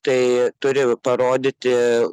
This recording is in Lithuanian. tai turi parodyti